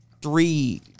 Three